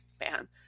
man